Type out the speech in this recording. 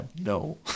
No